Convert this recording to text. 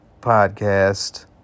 podcast